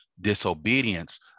disobedience